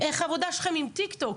איך העבודה שלכם עם טיקטוק?